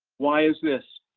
why is this?